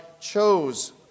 chose